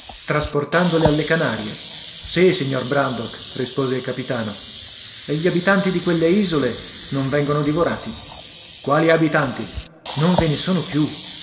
trasportandole alle canarie sì signor brandok rispose il capitano e gli abitanti di quelle isole non vengono divorati quali abitanti non ve ne sono più